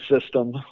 system